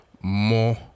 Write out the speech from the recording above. more